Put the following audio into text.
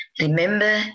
Remember